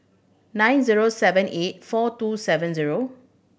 nine zero seven eight four two seven zero